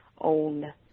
own